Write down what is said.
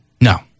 No